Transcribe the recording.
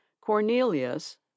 Cornelius